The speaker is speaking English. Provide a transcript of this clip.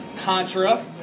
Contra